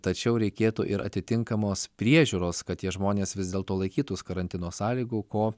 tačiau reikėtų ir atitinkamos priežiūros kad tie žmonės vis dėlto laikytųs karantino sąlygų ko